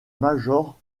major